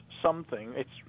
something—it's